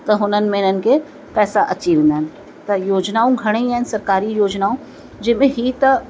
त हुननि में इन्हनि खे पैसा अची वेंदा आहिनि त योजिनाऊं घणेई आहिनि सरकारी योजिनाऊं जंहिं में ई त